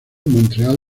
montreal